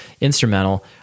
instrumental